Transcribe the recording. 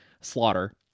slaughter